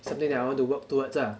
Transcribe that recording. something that I want to work towards lah